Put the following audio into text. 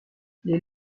les